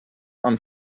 and